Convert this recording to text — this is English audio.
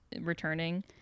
returning